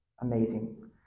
Amazing